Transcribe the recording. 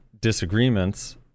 disagreements